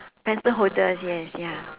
pencil holders yes ya